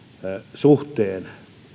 suhteen